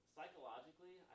Psychologically